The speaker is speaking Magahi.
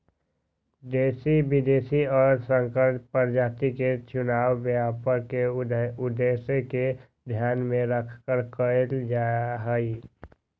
देशी, विदेशी और संकर प्रजाति के चुनाव व्यापार के उद्देश्य के ध्यान में रखकर कइल जाहई